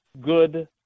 good